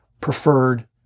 preferred